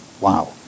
Wow